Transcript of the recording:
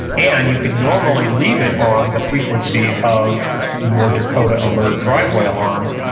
and you can normally leave it on the frequency of your dakota alert driveway alarm,